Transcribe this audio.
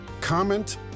comment